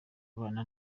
abana